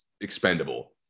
expendable